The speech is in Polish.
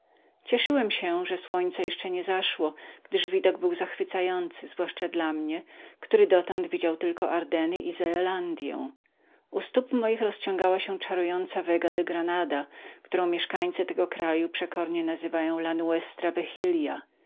cieszyłem się że słońce jeszcze nie zaszło gdyż widok był zachwycający zwłaszcza dla mnie który dotąd widziałem tylko ardenny i zelandyę u stóp moich rozciągała się czarująca vega de granada którą mieszkańcy tego kraju z dumą nazywają la